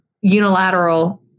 unilateral